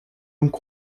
longue